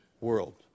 World